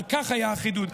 על כך היה החידוד.